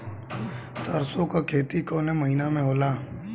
सरसों का खेती कवने महीना में होला?